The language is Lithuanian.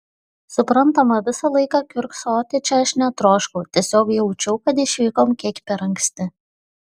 suprantama visą laiką kiurksoti čia aš netroškau tiesiog jaučiau kad išvykom kiek per anksti